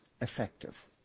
effective